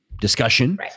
discussion